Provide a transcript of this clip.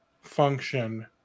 function